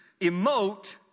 emote